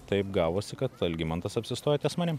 taip gavosi kad algimantas apsistojo ties manim